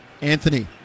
Anthony